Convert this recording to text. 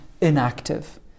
inactive